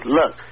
look